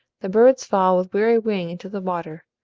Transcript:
the birds fall with weary wing into the water,